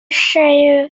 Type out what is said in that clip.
shall